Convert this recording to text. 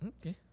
Okay